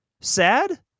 sad